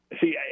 See